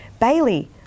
Bailey